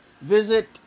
visit